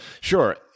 sure